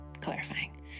Clarifying